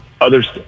others